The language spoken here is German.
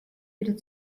wieder